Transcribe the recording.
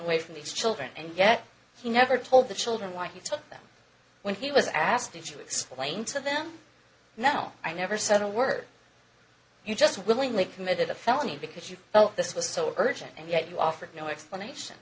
away from these children and yet he never told the children why he took them when he was asked did you explain to them now i never said a word you just willingly committed a felony because you felt this was so urgent and yet you offered no explanation